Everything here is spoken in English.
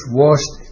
washed